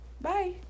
bye